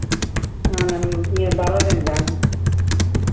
ᱚᱱᱮᱢ ᱤᱭᱟᱹ ᱵᱟᱨᱚ ᱡᱚᱱ ᱜᱟᱱ